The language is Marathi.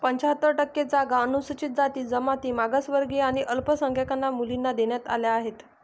पंच्याहत्तर टक्के जागा अनुसूचित जाती, जमाती, मागासवर्गीय आणि अल्पसंख्याक मुलींना देण्यात आल्या आहेत